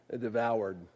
devoured